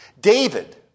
David